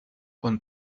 und